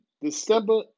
December